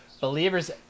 Believers